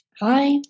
Hi